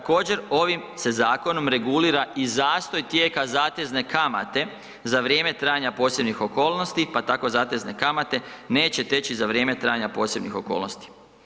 Također, ovim se zakonom regulira i zastoj tijeka zatezne kamate za vrijeme trajanja posebnih okolnosti pa tako zatezne kamate neće teći za vrijeme trajanja posebnih okolnost.